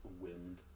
Wind